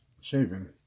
shaving